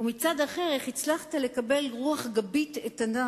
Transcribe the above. ומצד אחר איך הצלחת לקבל רוח גבית איתנה